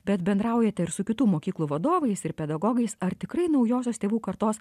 bet bendraujate ir su kitų mokyklų vadovais ir pedagogais ar tikrai naujosios tėvų kartos